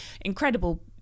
Incredible